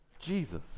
Jesus